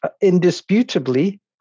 indisputably